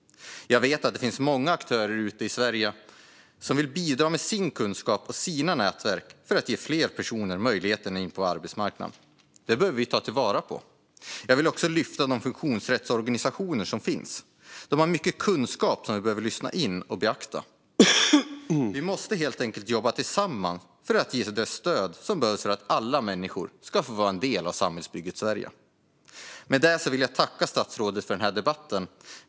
Jag vet att det finns många aktörer i Sverige som vill bidra med sin kunskap och med sina nätverk för att ge fler personer möjlighet att komma in på arbetsmarknaden. Det behöver vi ta vara på. Jag vill också lyfta fram de funktionsrättsorganisationer som finns. De har mycket kunskap som vi behöver lyssna in och beakta. Vi måste helt enkelt jobba tillsammans för att ge det stöd som behövs för att alla människor ska få vara en del av samhällsbygget Sverige. Med detta vill jag tacka statsrådet för debatten.